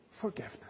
forgiveness